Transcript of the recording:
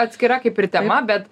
atskira kaip ir tema bet